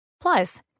Plus